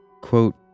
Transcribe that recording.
Quote